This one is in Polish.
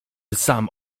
sam